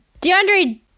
deandre